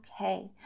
okay